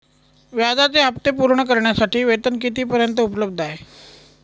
व्याजाचे हप्ते पूर्ण करण्यासाठी वेतन किती पर्यंत उपलब्ध आहे?